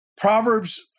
Proverbs